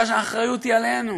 האחריות היא עלינו.